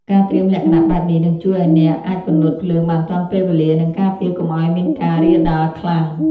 ការត្រៀមលក្ខណៈបែបនេះ នឹងជួយឱ្យអ្នកអាចពន្លត់ភ្លើងបានទាន់ពេលវេលា និងការពារកុំឱ្យមានការរាលដាលខ្លាំង។